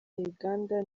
uganda